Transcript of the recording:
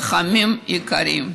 לוחמים יקרים,